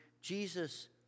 Jesus